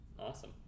Awesome